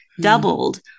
doubled